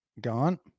gone